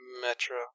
Metro